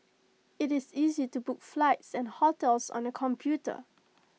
IT is easy to book flights and hotels on the computer